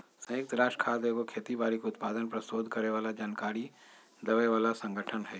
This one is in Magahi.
संयुक्त राष्ट्र खाद्य एगो खेती बाड़ी के उत्पादन पर सोध करे बला जानकारी देबय बला सँगठन हइ